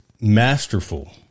masterful